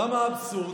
למה אבסורד?